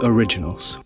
Originals